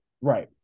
Right